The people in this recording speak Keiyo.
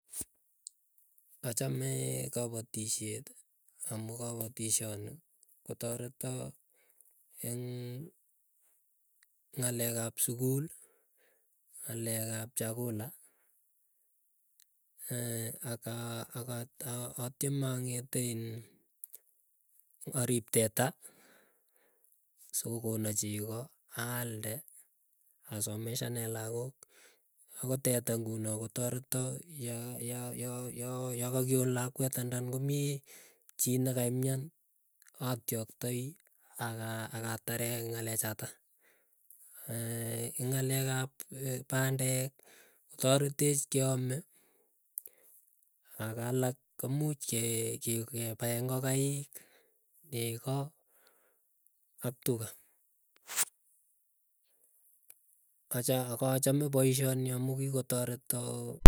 Achame kopatisheti, amuu kopatishani kotoreta eng ng'alek ap sukul, ng'alek ap chakula, akatieme ang'ete iin akarip teta, sikokono chegoo allde, asomeshane lagook akot teta nguno kotoretaa ya ya ya yakakion lakwet andan komii chii nekaimian koatiaktai akatare ng'alechata, eng nga'lekap pandek kotaretech keame akalak komuuch kepae ngokaik, nego ak tuga. Akachame poisyeni amu kikotoreta.